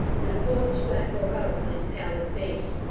and a cold sweat broke out upon his pallid face.